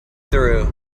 through